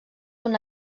una